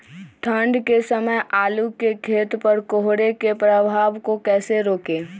ठंढ के समय आलू के खेत पर कोहरे के प्रभाव को कैसे रोके?